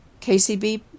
KCB